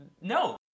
no